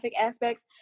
aspects